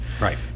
Right